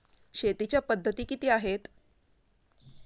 शेतीच्या पद्धती किती आहेत?